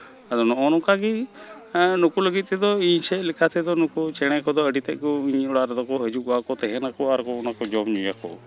ᱟᱫᱚ ᱱᱚᱜᱼᱚ ᱱᱚᱝᱠᱟ ᱜᱮ ᱱᱩᱠᱩ ᱞᱟᱹᱜᱤᱫ ᱛᱮᱫᱚ ᱤᱧ ᱥᱮᱫ ᱞᱮᱠᱟ ᱛᱮᱫᱚ ᱱᱩᱠᱩ ᱪᱮᱬᱮ ᱠᱚᱫᱚ ᱟᱹᱰᱤ ᱛᱮᱫ ᱠᱚ ᱤᱧᱟᱹᱜ ᱚᱲᱟᱜ ᱨᱮᱫᱚ ᱠᱚ ᱦᱤᱡᱩᱜᱚᱜᱼᱟ ᱠᱚ ᱛᱟᱦᱮᱱᱟᱠᱚ ᱟᱨ ᱠᱚ ᱚᱱᱟ ᱠᱚ ᱡᱚᱢ ᱧᱩᱭᱟ ᱠᱚ